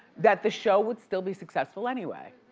that the show would still be successful anyway.